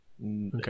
Okay